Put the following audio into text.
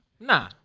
Nah